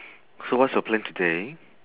so what's your plan today